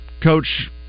coach